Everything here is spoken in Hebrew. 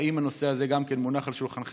האם גם הנושא הזה מונח על שולחנכם?